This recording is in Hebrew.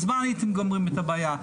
מזמן הייתם גומרים את הבעיה.